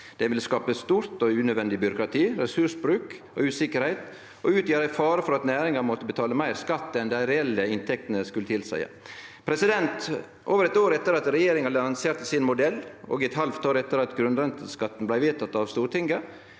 Det ville skape eit stort og unødvendig byråkrati, ressursbruk og usikkerheit og utgjere ein fare for at næringa måtte betale meir skatt enn dei reelle inntektene skulle tilseie. Over eitt år etter at regjeringa lanserte sin modell, og eit halvt år etter at grunnrenteskatten blei vedteken av Stortinget,